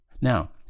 Now